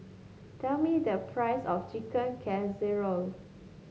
tell me the price of Chicken Casserole